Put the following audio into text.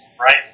Right